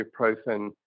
ibuprofen